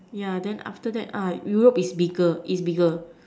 yeah then after that ah Europe is bigger is bigger